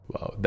Wow